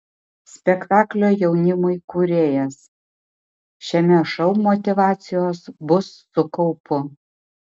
spektaklio jaunimui kūrėjas šiame šou motyvacijos bus su kaupu